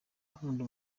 ukunda